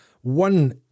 one